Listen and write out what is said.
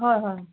হয় হয়